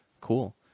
Cool